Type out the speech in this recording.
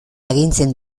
agintzen